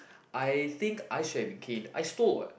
I think I should had been cane I stole what